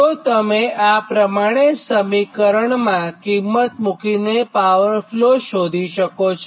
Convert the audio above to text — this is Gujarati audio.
તો તમે આ પ્રમાણે સમીકરણમાં કિંમત મુકીને પાવર ફ્લો શોધી શકો છો